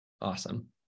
Awesome